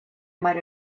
might